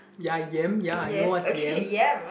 ya yam ya I know what's yam